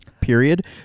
period